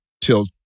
till